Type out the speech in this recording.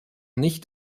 nicht